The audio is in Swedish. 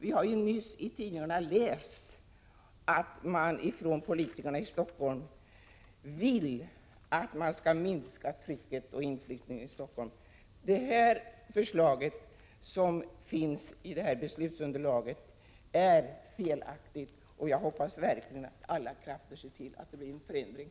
Vi har ju nyss i tidningarna läst att man från politiskt håll i Stockholm vill att trycket på inflyttningen till Stockholm minskar. Förslaget i beslutsunderlaget är felaktigt, och jag hoppas verkligen att alla krafter ser till att det blir en förändring.